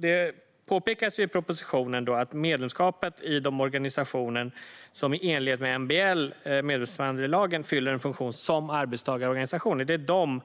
Det är, som det påpekas i propositionen, medlemskapet i de organisationer som i enlighet med MBL, medbestämmandelagen, fyller en funktion som arbetstagarorganisationer på arbetsmarknaden